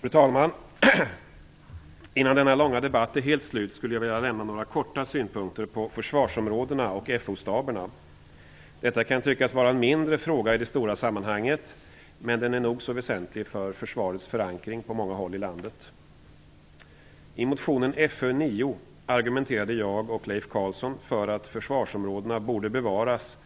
Fru talman! Innan denna långa debatt är slut skulle jag helt kort vilja ge några synpunkter på försvarsområdena och FO-staberna. Det kan tyckas vara en mindre fråga i det stora sammanhanget, men frågan är nog så väsentlig för försvarets förankring på många håll i landet. I motion Fö9 har jag och Leif Carlsson argumenterat för att försvarsområdena borde bevaras